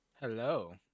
Hello